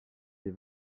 des